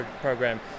program